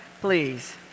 Please